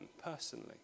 personally